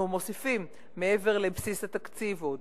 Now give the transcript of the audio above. אנחנו מוסיפים מעבר לבסיס התקציב.